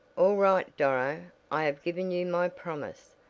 all right doro, i have given you my promise,